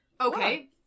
Okay